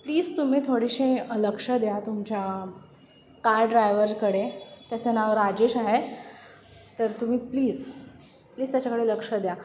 please तुम्ही थोडेसे लक्ष द्या तुमच्या कार ड्रायव्हरकडे त्याचं नाव राजेश आहे तर तुम्ही प्लीज प्लीज त्याच्याकडे लक्ष द्या